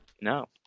No